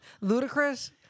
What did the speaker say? Ludicrous